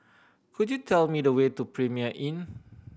could you tell me the way to Premier Inn